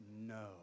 No